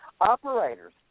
operators